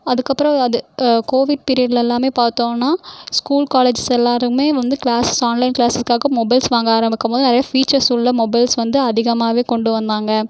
அதுக்கப்புறம் அது கோவிட் பீரியட்டில் எல்லாமே பார்த்தோன்னா ஸ்கூல் காலேஜஸ் எல்லாேருமே வந்து க்ளாஸ் ஆன்லைன் க்ளாஸ்ஸுக்காக மொபைல்ஸ் வாங்க ஆரமிக்கும் போது நிறையா ஃபீச்சர்ஸ் உள்ள மொபைல்ஸ் வந்து அதிகமாகவே கொண்டு வந்தாங்க